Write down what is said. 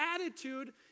attitude